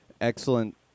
Excellent